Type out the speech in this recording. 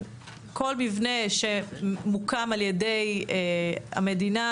כל מבנה שמוקם על ידי המדינה